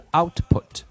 output